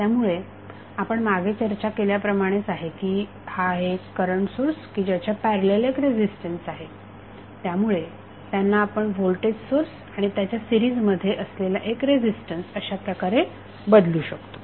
त्यामुळे आपण मागे चर्चा केल्याप्रमाणेच आहे की हा आहे एक करंट सोर्स की ज्याच्या पॅरलल एक रेझिस्टन्स आहे त्यामुळे त्यांना आपण व्होल्टेज सोर्स आणि त्याच्या सिरीजमध्ये असलेला एक रेझिस्टन्स अशाप्रकारे बदलू शकतो